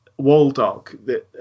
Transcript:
Waldock